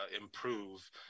improve